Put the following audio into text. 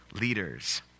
leaders